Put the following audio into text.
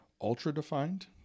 ultra-defined